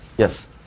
Yes